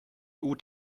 immer